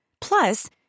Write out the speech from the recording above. Plus